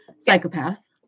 psychopath